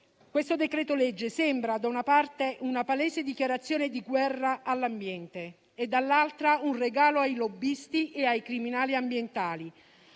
Questo decreto-legge sembra, da una parte, una palese dichiarazione di guerra all'ambiente e, dall'altra, un regalo ai lobbisti e ai criminali ambientali,